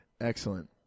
excellent